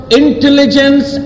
intelligence